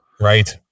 Right